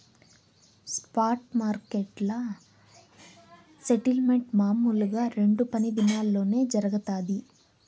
spot మార్కెట్ల settlement మామూలుగా రెండు పని దినాల్లోనే జరగతాది